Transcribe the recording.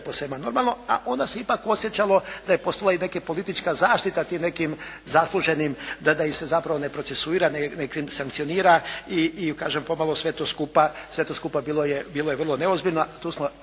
posve normalno. A onda se ipak osjećalo da je postojala i politička zaštita tim nekim zasluženim, da ih se zapravo ne procesuira, ne sankcionira i kažem pomalo sve to skupa bilo je vrlo neozbiljno.